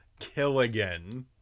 Killigan